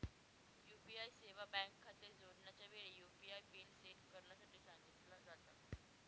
UPI सेवा bank खाते जोडण्याच्या वेळी, यु.पी.आय पिन सेट करण्यासाठी सांगितल जात